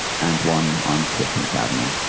and one on fifteenth avenue.